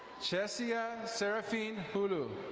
chessia serafin pulu.